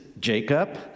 Jacob